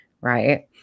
Right